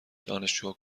دانشجوها